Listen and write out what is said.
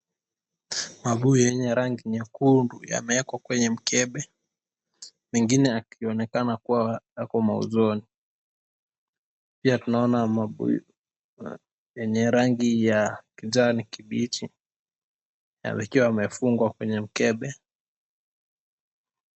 Mabuyu yenye rangi nyekundu, yameekwa kwenye mkebe, mengine yakionekana kuwa yako mauzoni, pia tunaona mabuyu yenye rangi ya kijani kibichi, yakiwa yamefungwa kwenye mkebe.